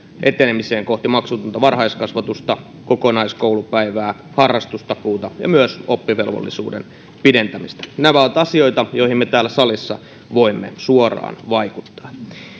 etenemiseen kohti maksutonta varhaiskasvatusta kokonaiskoulupäivää harrastustakuuta ja myös oppivelvollisuuden pidentämistä nämä ovat asioita joihin me täällä salissa voimme suoraan vaikuttaa